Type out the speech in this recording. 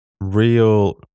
real